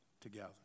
Together